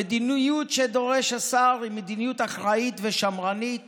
המדיניות שדורש השר היא מדיניות אחראית ושמרנית